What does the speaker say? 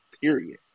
period